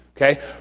Okay